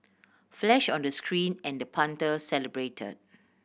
flash on the screen and the punter celebrate